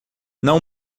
não